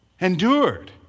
endured